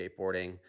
skateboarding